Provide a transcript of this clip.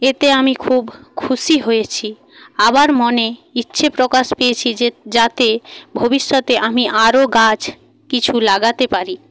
এতে আমি খুব খুশি হয়েছি আবার মনে ইচ্ছে প্রকাশ পেয়েছে যে যাতে ভবিষ্যতে আমি আরো গাছ কিছু লাগাতে পারি